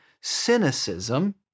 cynicism